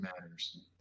matters